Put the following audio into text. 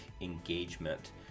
engagement